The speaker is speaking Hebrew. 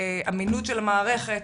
אמינות של המערכת.